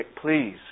please